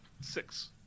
Six